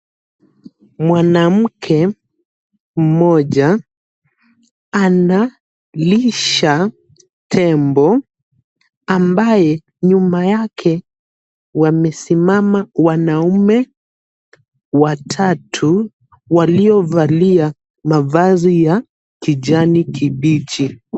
Mwanamke mmoja analisha tembo ambaye nyuma yake wamesimama wanaume watatu waliovalia mavazi ya kijani kibichi.